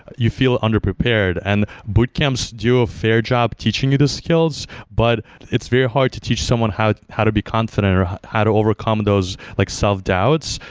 you feel underprepared, and boot camps do a fair job teaching you the skills. but it's very hard to teach someone how how to be confident or how to overcome those like self-doubts.